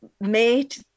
made